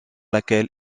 laquelle